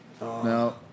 No